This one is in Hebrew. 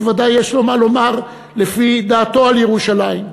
ודאי יש לו מה לומר לפי דעתו על ירושלים,